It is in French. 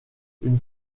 une